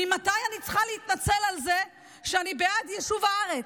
ממתי אני צריכה להתנצל על זה שאני בעד יישוב הארץ?